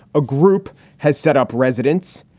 a group has set up residence.